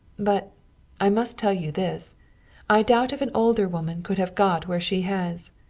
but i must tell you this i doubt if an older woman could have got where she has.